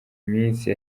iminsi